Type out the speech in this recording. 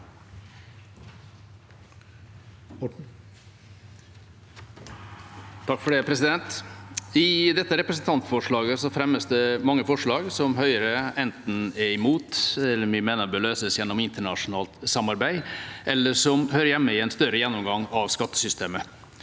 I dette representantfor- slaget fremmes det mange forslag som Høyre enten er imot, som vi mener bør løses gjennom internasjonalt samarbeid, eller som hører hjemme i en større gjennomgang av skattesystemet.